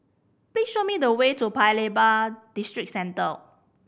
please show me the way to Paya Lebar Districentre